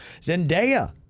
Zendaya